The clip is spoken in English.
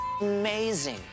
amazing